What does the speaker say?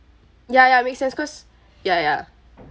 ya ya makes sense cause ya ya